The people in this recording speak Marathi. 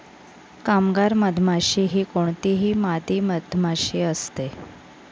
कामगार मधमाशी ही कोणतीही मादी मधमाशी असते